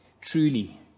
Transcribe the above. Truly